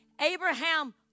Abraham